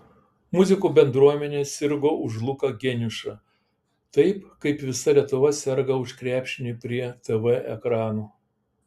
muzikų bendruomenė sirgo už luką geniušą taip kaip visa lietuva serga už krepšinį prie tv ekranų